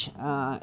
mm